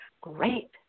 great